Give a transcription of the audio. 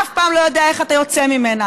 אבל אתה אף פעם לא יודע איך אתה יוצא ממנה.